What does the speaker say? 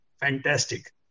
Fantastic